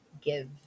give